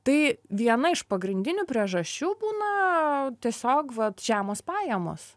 tai viena iš pagrindinių priežasčių būna tiesiog vat žemos pajamos